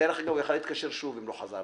דרך אגב, הוא יכול להתקשר שוב אם לא חזרתי.